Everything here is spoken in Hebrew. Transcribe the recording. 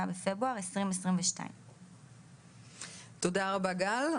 28 בפברואר 2022. תודה רבה גל,